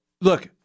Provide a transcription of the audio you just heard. Look